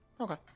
Okay